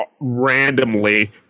randomly